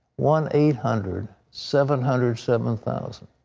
one eight hundred seven hundred seven thousand.